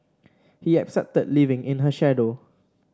he accepted living in her shadow